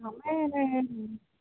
ଆମେ